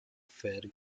fair